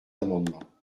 amendements